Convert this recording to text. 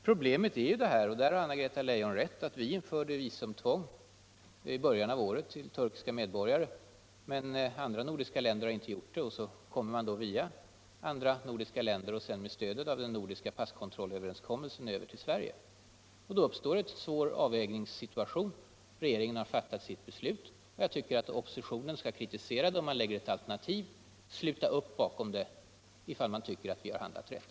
Problemet är, såsom Anna-Greta Leijon sade, att vi i början av året införde visumtvång för turkiska medborgare. Andra nordiska länder har däremot inte gjort det. Och så kommer då turkiska medborgare med stöd av den nordiska passkontrollöverenskommelsen via andra nordiska länder över till Sverige. Då uppstår en svår avvägningssituation. Regeringen har fattat sitt beslut. Jag tycker att oppositionen skall kritisera det om den har något alternativ och sluta upp bakom det om man tycker att vi har handlat rätt.